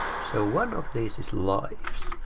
so one of these is lives.